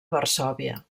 varsòvia